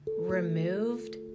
removed